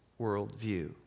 worldview